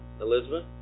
Elizabeth